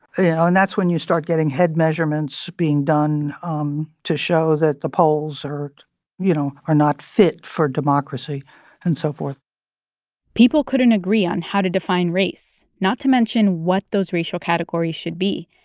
yeah and that's when you start getting head measurements being done um to show that the poles, you know, are not fit for democracy and so forth people couldn't agree on how to define race, not to mention what those racial categories should be.